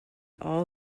all